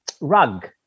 rug